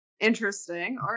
Interesting